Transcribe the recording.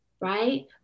right